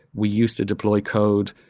we used to deploy code,